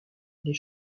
les